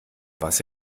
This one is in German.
was